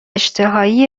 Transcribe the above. اشتهایی